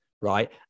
right